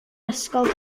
ysgol